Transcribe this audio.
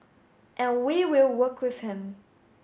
and we will work with him